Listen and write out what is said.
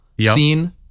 scene